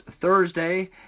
Thursday